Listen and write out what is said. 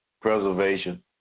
Preservation